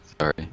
Sorry